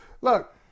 look